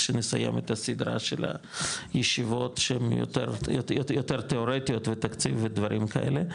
כשנסיים את הסדרה של הישיבות שהם יותר תאורטיות ותקציב ודברים כאלה.